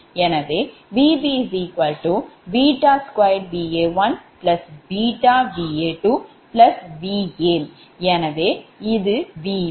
எனவே Vb2Va1βVa2Va0 எனவே இது Vb